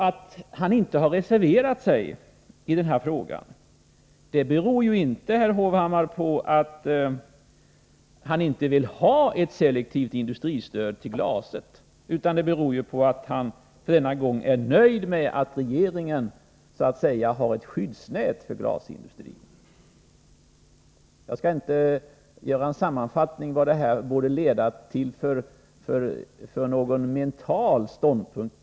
Att han inte har reserverat sig i den här frågan beror ju inte på att han inte vill ha ett selektivt industristöd till glasindustrin. Det beror på att han denna gång är nöjd med att regeringen så att säga skapat ett skyddsnät för glasindustrin. Jag skall inte göra någon sammanfattning av vad detta borde leda till för mental ståndpunkt.